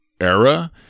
era